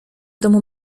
domu